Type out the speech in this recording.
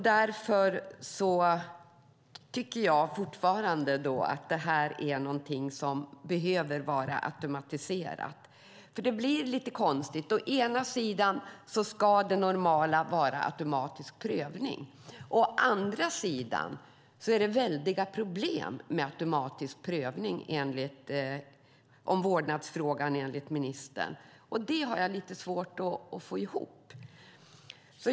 Därför tycker jag fortfarande att det här behöver vara automatiserat. Det blir lite konstigt - å ena sidan ska det normala vara automatisk prövning av vårdnadsfrågan, men å andra sidan är det enligt ministern väldiga problem med automatisk prövning. Det har jag lite svårt att få ihop.